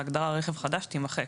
ההגדרה "רכב חדש" תימחק.